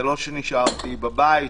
זה לא שנשארתי בבית.